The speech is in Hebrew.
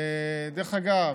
דרך אגב,